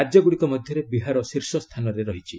ରାଜ୍ୟଗ୍ରଡ଼ିକ ମଧ୍ୟରେ ବିହାର ଶୀର୍ଷ ସ୍ଥାନରେ ରହିଛି